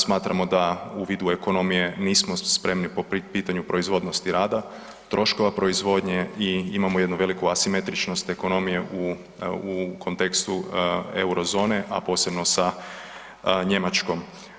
Smatramo da u vidu ekonomije nismo spremni po pitanju proizvodnosti rada, troškova proizvodnje i imamo jednu veliku asimetričnost ekonomije u kontekstu Eurozone, a posebno sa Njemačkom.